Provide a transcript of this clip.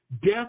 death